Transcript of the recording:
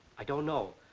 i don't know.